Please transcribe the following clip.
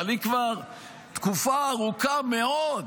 אבל היא כבר תקופה ארוכה מאוד,